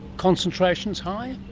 concentrations high?